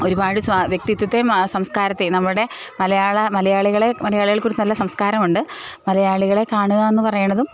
ഒരുപാട് വ്യക്തിത്വത്തെയും സംസ്കാരത്തെയും നമ്മുടെ മലയാള മലയാളികളെ മലയാളികൾക്കൊരു നല്ല സംസ്കാരമുണ്ട് മലയാളികളെ കാണുക എന്ന് പറയുന്നതും